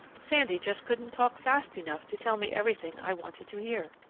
sandy just couldn't talk fast enough to tell me everything i wanted to hear.